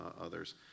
others